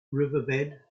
riverbed